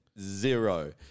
zero